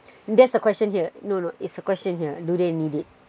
that's the question here no no it's a question here do they need it